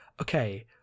okay